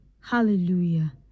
Hallelujah